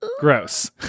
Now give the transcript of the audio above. gross